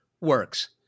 works